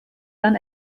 dann